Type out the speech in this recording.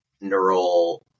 neural